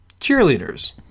cheerleaders